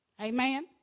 Amen